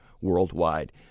Worldwide